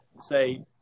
say